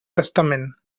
testament